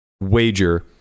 wager